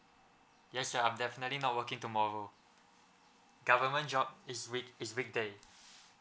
yes sir I'm definitely not working tomorrow government job is is weekday